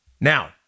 Now